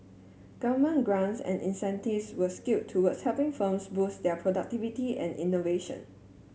government grants and incentives were skewed towards helping firms boost their productivity and innovation